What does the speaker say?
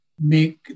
make